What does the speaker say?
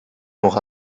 aura